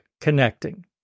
connecting